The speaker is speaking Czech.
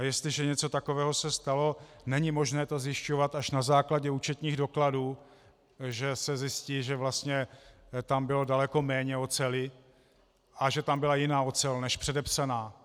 A jestliže se něco takového stalo, není možné to zjišťovat až na základě účetních dokladů, že se zjistí, že vlastně tam bylo daleko méně oceli a že tam byla jiná ocel než předepsaná.